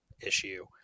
issue